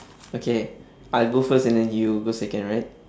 okay I'll go first and then you go second right